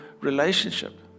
relationship